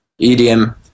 EDM